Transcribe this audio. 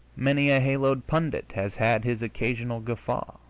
many a haloed pundit has had his occasional guffaw.